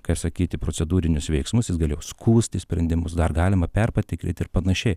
kaip sakyti procedūrinius veiksmus jis galėjo skųstis sprendimus dar galima perpatikryti ir panašiai